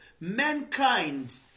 mankind